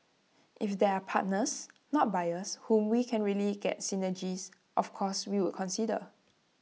if there are partners not buyers whom we can really get synergies of course we would consider